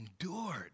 endured